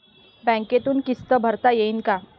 बँकेतून किस्त भरता येईन का?